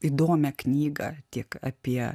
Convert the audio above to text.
įdomią knygą tiek apie